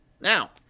now